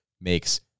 makes